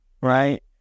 right